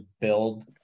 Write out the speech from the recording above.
build